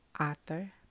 author